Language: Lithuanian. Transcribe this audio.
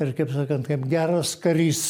ir kaip sakant kaip geras karys